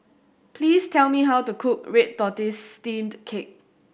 please tell me how to cook red tortoise steamed cake